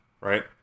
right